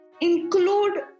Include